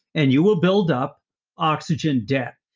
and you will build up oxygen debt.